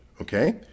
okay